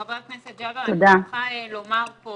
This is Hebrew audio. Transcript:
חבר הכנסת ג'אבר, אני מוכרחה לומר פה